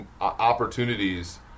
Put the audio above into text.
opportunities